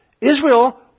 Israel